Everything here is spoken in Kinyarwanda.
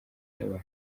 n’abantu